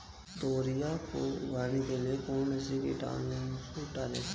तोरियां को उगाने के लिये कौन सी कीटनाशक डालें?